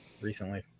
recently